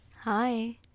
hi